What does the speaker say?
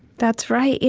that's right. yeah